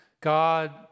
God